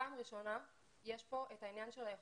פעם ראשונה, יש פה את עניין היכולות.